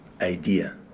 idea